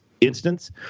instance